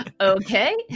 Okay